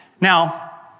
Now